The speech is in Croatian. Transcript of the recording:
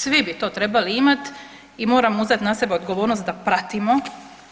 Svi bi to trebali imati i moramo uzeti na sebe odgovornost da pratimo